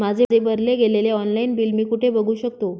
माझे भरले गेलेले ऑनलाईन बिल मी कुठे बघू शकतो?